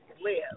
live